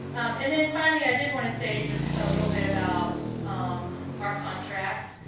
and then, finally, i did want to say just a little bit about our contract.